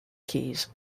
keys